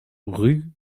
rue